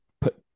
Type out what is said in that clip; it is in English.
put